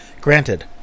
Granted